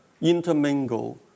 intermingle